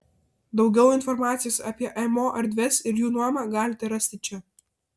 daugiau informacijos apie mo erdves ir jų nuomą galite rasti čia